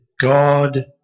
God